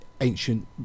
ancient